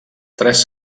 tres